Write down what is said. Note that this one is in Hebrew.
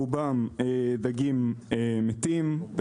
רובם דגים מתים,